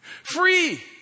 Free